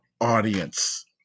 audience